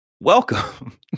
welcome